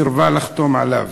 סירבה לחתום עליו,